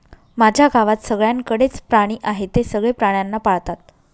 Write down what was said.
माझ्या गावात सगळ्यांकडे च प्राणी आहे, ते सगळे प्राण्यांना पाळतात